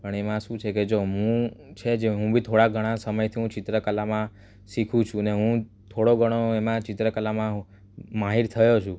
પણ એમાં શું છે કે જો મુ છે જે હું બી થોડા ઘણા સમયથી હું ચિત્ર કલામાં શીખું છુ ને હું થોડો ઘણો એમાં ચિત્ર કલામાં હું માહિર થયો છું